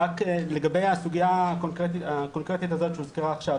רק לגבי הסוגיה הקונקרטית הזאת שהוזכרה עכשיו,